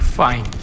fine